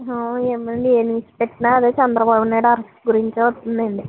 ఏముంది ఏ న్యూస్ పెట్టినా అదే చంద్రబాబు నాయుడు అరెస్ట్ గురించే వస్తుందండి